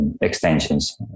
extensions